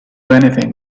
anything